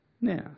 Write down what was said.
now